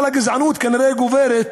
אבל הגזענות כנראה גוברת,